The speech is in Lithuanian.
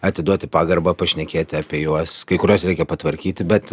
atiduoti pagarbą pašnekėti apie juos kai kuriuos reikia patvarkyti bet